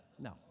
No